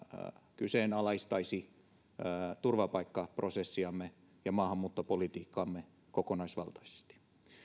kyseenalaistaisi turvapaikkaprosessiamme ja maahanmuuttopolitiikkaamme kokonaisvaltaisesti